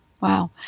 Wow